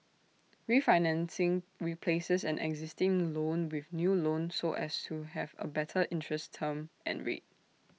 refinancing replaces an existing loan with new loan so as to have A better interest term and rate